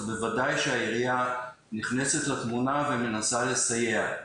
אז בוודאי שהעירייה נכנסת לתמונה ומנסה לסייע.